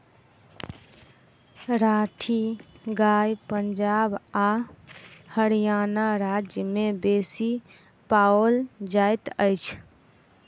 राठी गाय पंजाब आ हरयाणा राज्य में बेसी पाओल जाइत अछि